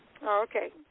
Okay